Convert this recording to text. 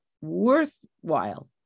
worthwhile